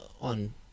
on